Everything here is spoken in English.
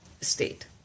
state